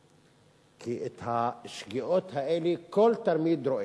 כי את השגיאות האלה כל תלמיד רואה.